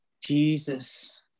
Jesus